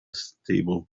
stable